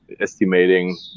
estimating